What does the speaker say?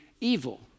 evil